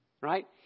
right